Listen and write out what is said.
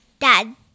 Dad